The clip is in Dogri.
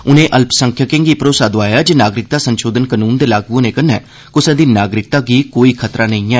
उनें अल्पसंख्यकें गी भरोसा दोआया जे नागरिकता संशोधन कनून दे लागू होने कन्नै कुसै दी नागरिकता गी कोई खतरा नेई ऐ